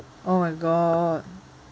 oh my god